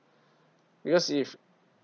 because if